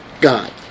God